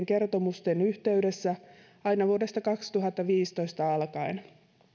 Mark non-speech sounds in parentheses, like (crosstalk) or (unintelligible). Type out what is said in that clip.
(unintelligible) kertomusten yhteydessä aina vuodesta kaksituhattaviisitoista alkaen